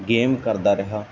game ਕਰਦਾ ਰਿਹਾ